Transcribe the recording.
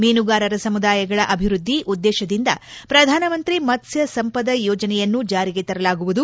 ಮೀನುಗಾರರ ಸಮುದಾಯಗಳ ಅಭಿವೃದ್ದಿ ಉದ್ದೇಶದಿಂದ ಪ್ರಧಾನಮಂತ್ರಿ ಮತ್ನ್ನ ಸಂಪದ ಯೋಜನೆಯನ್ನು ಜಾರಿಗೆ ತರಲಾಗುವುದು